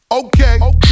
Okay